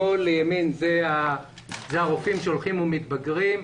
משמאל לימין, אלה הרופאים שהולכים ומתבגרים.